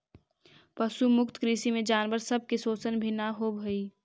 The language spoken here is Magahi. पशु मुक्त कृषि में जानवर सब के शोषण भी न होब हई